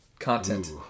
Content